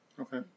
Okay